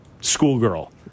schoolgirl